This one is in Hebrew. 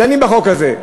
דנים בחוק הזה.